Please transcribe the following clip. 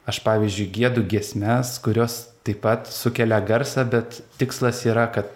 aš pavyzdžiui giedu giesmes kurios taip pat sukelia garsą bet tikslas yra kad